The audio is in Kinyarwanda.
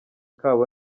kabo